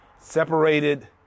separated